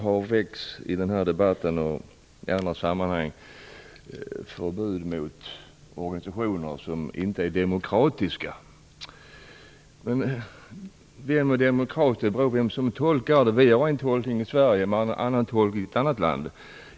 Herr talman! Det har i den här debatten och i andra sammanhang väckts förslag om förbud mot organisationer som inte är demokratiska. Men vem som är demokrat beror på den som tolkar. Vi har en tolkning i Sverige, man har en annan tolkning i ett annat land.